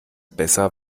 besser